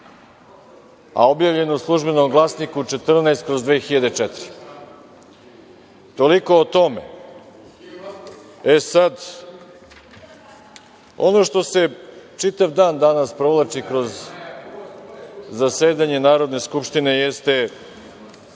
a objavljen u „Službenom glasniku“ 14/2004. Toliko o tome. Ono što se čitav dan danas provlači kroz zasedanje Narodne skupštine jeste